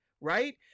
right